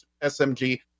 SMG